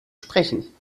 sprechen